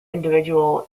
individual